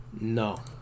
No